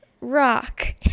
rock